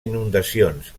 inundacions